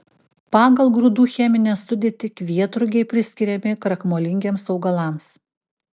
pagal grūdų cheminę sudėtį kvietrugiai priskiriami krakmolingiems augalams